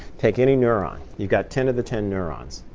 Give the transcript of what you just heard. take any neuron. you've got ten of the ten neurons.